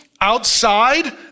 Outside